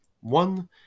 one